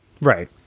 Right